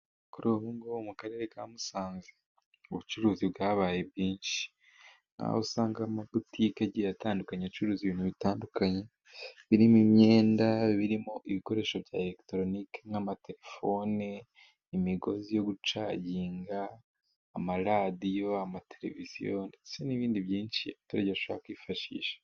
Kuri ubu ngubu mu karere ka Musanze ubucuruzi bwabaye bwinshi, nk'aho usanga amabutike agiye atandukanye acuruza ibintu bitandukanye birimo imyenda, birimo ibikoresho bya elegitoroniki nk'amaterefone, imigozi yo gucaginga, amaradiyo, amateleviziyo, ndetse n'ibindi byinshi abaturage bashobora kwifashisha.